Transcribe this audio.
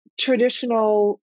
traditional